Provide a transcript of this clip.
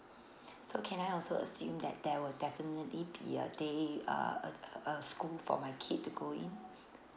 so can I also assume that there will definitely be a day uh a a school for my kid to go in